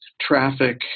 traffic